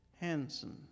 Hansen